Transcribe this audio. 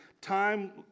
time